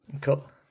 Cool